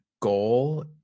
goal